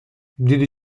دیدی